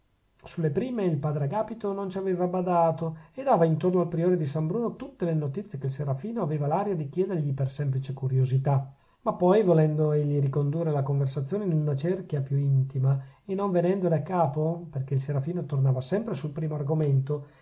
sulle prime il padre agapito non ci aveva badato e dava intorno al priore di san bruno tutte le notizie che il serafino aveva l'aria di chiedergli per semplice curiosità ma poi volendo egli ricondurre la conversazione in una cerchia più intima e non venendone a capo perchè il serafino tornava sempre sul primo argomento